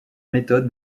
méthode